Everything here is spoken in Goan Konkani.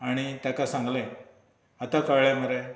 आनी तेका सांगलें आतां कळ्ळें मरे